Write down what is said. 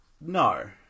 No